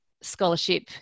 scholarship